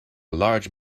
large